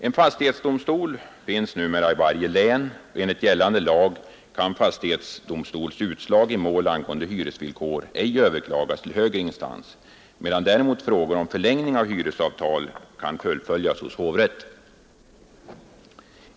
En fastighetsdomstol finns numera i varje län, och enligt gällande lag kan fastighetsdomstols utslag i mål angående hyresvillkor ej överklagas till högre instans, medan däremot frågor om förlängning av hyresavtal kan fullföljas hos hovrätt.